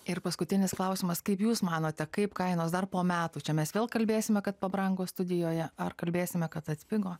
ir paskutinis klausimas kaip jūs manote kaip kainos dar po metų čia mes vėl kalbėsime kad pabrango studijoje ar kalbėsime kad atpigo